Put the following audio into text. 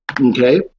Okay